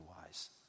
wise